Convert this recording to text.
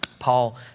Paul